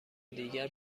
دیگر